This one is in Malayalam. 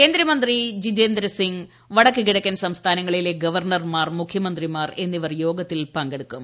കേന്ദ്രമന്ത്രി ജിതേന്ദ്രസിംഗ് വടക്ക് കിഴക്കൻ സംസ്ഥാനങ്ങളിലെ ഗവർണർമാർ മുഖ്യമന്ത്രിമാർ എന്നിവർ യോഗത്തിൽ പങ്കെടുക്കും